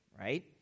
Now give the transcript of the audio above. right